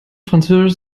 französisch